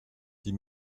die